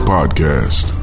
Podcast